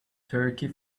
turkey